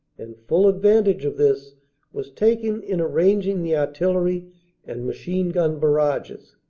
and full advantage of this was taken in arranging the artillery and machine-gun barrages.